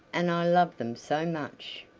and i love them so much.